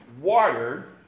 water